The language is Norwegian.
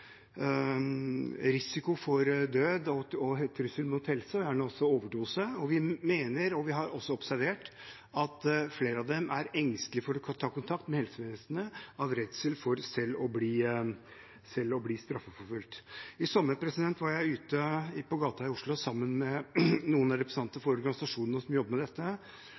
risiko for død og trussel mot helse, gjerne også overdose. Vi mener – og har også observert – at flere av dem er engstelige for å ta kontakt med helsevesenet av redsel for selv å bli straffeforfulgt. I sommer var jeg ute på gata i Oslo sammen med noen representanter for organisasjonene som jobber med dette,